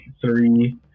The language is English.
three